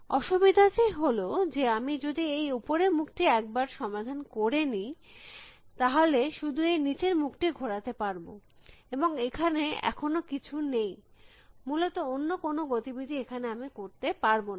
অসুবিধাটি হল যে আমি যদি এই উপরের মুখটি একবার সমাধান করে নি তাহলে শুধু এই নিচের মুখটি ঘোরাতে পারব এবং এখানে এখনো কিছু নেই মূলত অন্য কোনো গতি বিধি এখানে আমি করতে পারব না